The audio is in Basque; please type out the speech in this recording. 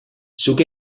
zuk